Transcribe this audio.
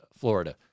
Florida